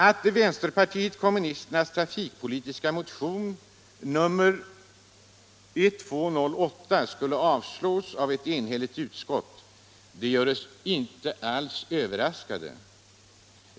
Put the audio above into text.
Att vänsterpartiet kommunisternas trafikpolitiska motion nr 1208 skulle avstyrkas av ett enhälligt utskott gör oss inte alls överraskade.